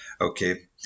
Okay